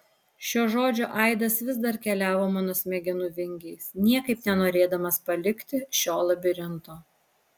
šio žodžio aidas vis dar keliavo mano smegenų vingiais niekaip nenorėdamas palikti šio labirinto